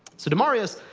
so demaryius,